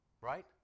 Right